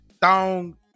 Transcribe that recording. thong